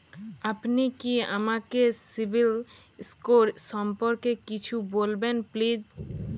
আপনি কি আমাকে সিবিল স্কোর সম্পর্কে কিছু বলবেন প্লিজ?